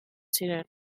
ziren